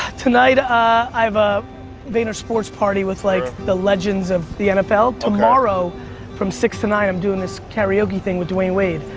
tonight ah i have a vaynersports party with like the legends of the nfl. tomorrow from six to nine, i'm doing this karaoke thing with dwayne wade.